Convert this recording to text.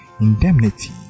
indemnity